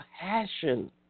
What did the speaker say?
passion